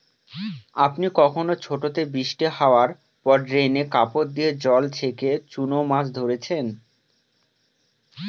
আপনি কখনও ছোটোতে বৃষ্টি হাওয়ার পর ড্রেনে কাপড় দিয়ে জল ছেঁকে চুনো মাছ ধরেছেন?